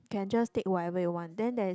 can just take whatever you want then there is